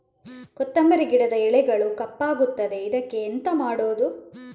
ಕೊತ್ತಂಬರಿ ಗಿಡದ ಎಲೆಗಳು ಕಪ್ಪಗುತ್ತದೆ, ಇದಕ್ಕೆ ಎಂತ ಮಾಡೋದು?